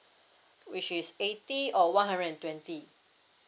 which is eighty or one hundred and twenty